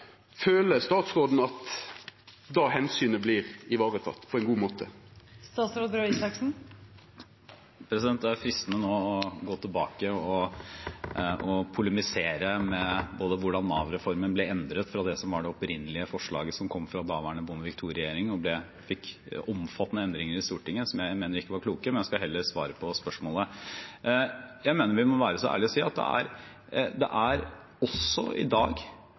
Føler statsråden at det omsynet vert vareteke på ein god måte? Det er fristende nå å gå tilbake og polemisere om hvordan Nav-reformen ble endret fra det som var det endelige forslaget fra daværende Bondevik-regjering og som fikk omfattende endringer i Stortinget, som jeg mener ikke var kloke, men jeg skal heller svare på spørsmålet. Jeg mener vi må være så ærlig å si at det også i dag er problemer med at folk kan bli kasteballer i